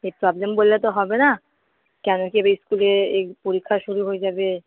problem বললে তো হবে না কেন না স্কুলে পরীক্ষা শুরু হয়ে যাবে